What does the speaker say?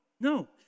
No